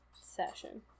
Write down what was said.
session